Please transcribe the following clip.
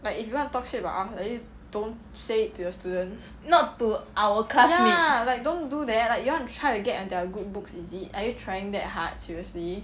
like if you want to talk shit about us at least don't say it to your students ya like don't do that like you want to try to get into their good books is it are you trying that hard seriously